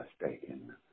mistaken